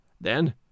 Then